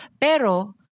pero